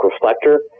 reflector